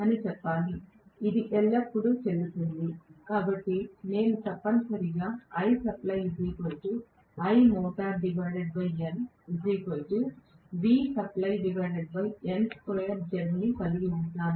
ఇది ఎల్లప్పుడూ చెల్లుతుంది కాబట్టి నేను తప్పనిసరిగా కలిగి ఉంటాను